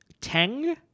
Teng